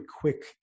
quick